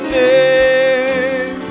name